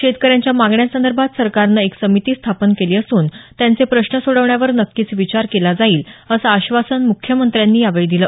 शेतकऱ्यांच्या मागण्यांसदर्भात सरकारनं एक समिती स्थापन केली असून त्यांचे प्रश्न सोडवण्यावर नक्कीच विचार केला जाईल असं आश्वासन मुख्यमंत्र्यांनी यावेळी दिलं